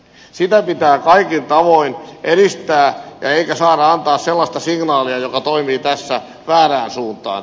sitä pitää kaikin tavoin edistää eikä saa antaa sellaista signaalia joka toimii tässä väärään suuntaan